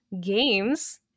games